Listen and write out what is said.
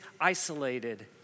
isolated